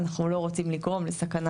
אנחנו לא רוצים לגרום לסכנה,